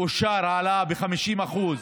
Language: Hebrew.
אתם איתנו בעמדה הזאת.